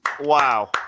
Wow